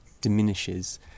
diminishes